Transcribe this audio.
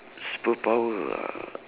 superpower ah